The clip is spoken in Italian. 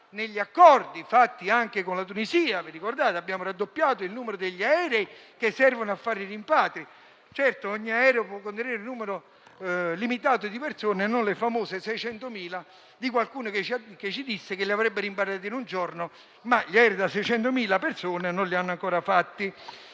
negli accordi fatti pure con la Tunisia: ricorderete, colleghi, che abbiamo raddoppiato il numero degli aerei che servono a fare i rimpatri. Certo, ogni aereo può contenere un numero limitato di persone e non le famose 600.000 di qualcuno che ci disse che li avrebbe rimpatriati in un giorno, ma gli aerei da 600.000 persone non li hanno ancora inventati.